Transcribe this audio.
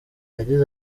yagize